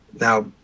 Now